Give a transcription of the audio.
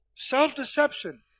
Self-deception